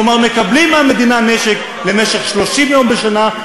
כלומר מקבלים מהמדינה נשק למשל 30 יום בשנה,